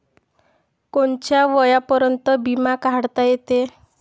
कोनच्या वयापर्यंत बिमा काढता येते?